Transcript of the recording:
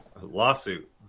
Lawsuit